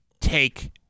take